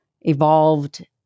evolved